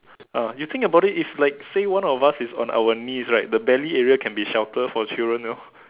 eh you think about it it's like say one of us is on our knees right the belly area can be shelter for children you know